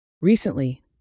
Recently